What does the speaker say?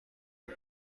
are